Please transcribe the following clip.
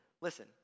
listen